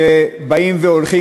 שבאים והולכים,